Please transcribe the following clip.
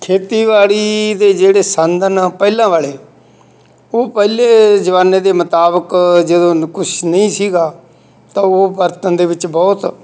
ਖੇਤੀਬਾੜੀ ਦੇ ਜਿਹੜੇ ਸੰਦ ਹਨ ਪਹਿਲਾਂ ਵਾਲੇ ਉਹ ਪਹਿਲੇ ਜ਼ਮਾਨੇ ਦੇ ਮੁਤਾਬਕ ਜਦੋਂ ਕੁਛ ਨਹੀਂ ਸੀਗਾ ਤਾਂ ਉਹ ਵਰਤਣ ਦੇ ਵਿੱਚ ਬਹੁਤ